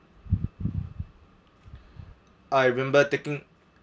I remember taking